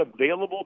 available